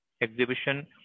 exhibition